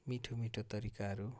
मिठो मिठो तरिकाहरू